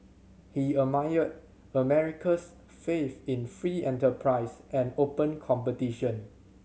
he admired America's faith in free enterprise and open competition